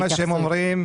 כרגע מה שהם אומרים,